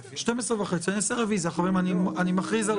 חברים, אני מכריז על